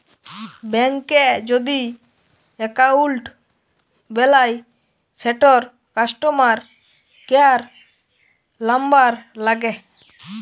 ব্যাংকে যদি এক্কাউল্ট বেলায় সেটর কাস্টমার কেয়ার লামবার ল্যাগে